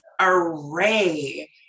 array